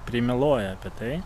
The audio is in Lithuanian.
primeluoja apie tai